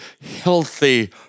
healthy